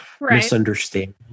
misunderstanding